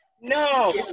No